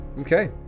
Okay